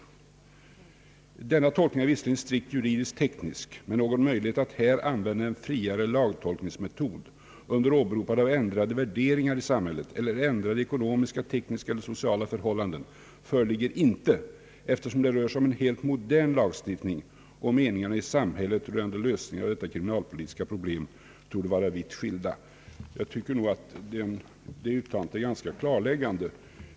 Denna tolkning är visserligen strikt juri diskt-teknisk, men någon möjlighet att här använda en friare lagtolkningsmetod under åberopande av ändrade värderingar i samhället eller ändrade ekonomiska, tekniska eller sociala förhållanden föreligger inte, eftersom det rör sig om en helt modern lagstiftning och meningarna i samhället rörande lösningen av detta kriminalpolitiska problem torde vara vitt skilda.» Jag tycker att detta uttalande är ganska klarläggande.